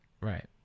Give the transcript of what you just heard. Right